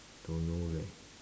don't know leh